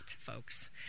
folks